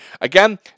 again